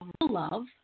love